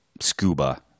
scuba